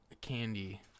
candy